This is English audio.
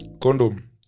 condom